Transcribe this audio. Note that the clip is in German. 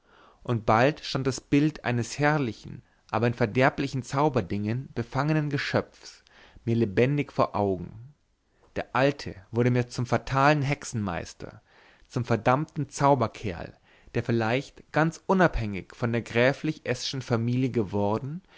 und bald stand das bild eines herrlichen aber in verderblichen zauberdingen befangenen geschöpfs mir lebendig vor augen der alte wurde mir zum fatalen hexenmeister zum verdammten zauberkerl der vielleicht ganz unabhängig von der gräflich s schen familie geworden